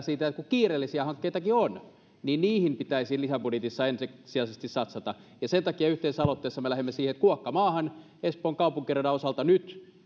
siitä että koska kiireellisiäkin hankkeita on niin niihin pitäisi lisäbudjetissa ensisijaisesti satsata sen takia yhteisessä aloitteessa me lähdemme siitä että kuokka maahan espoon kaupunkiradan osalta nyt